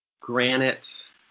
granite